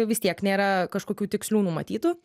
vis tiek nėra kažkokių tikslių numatytų